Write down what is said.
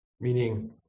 meaning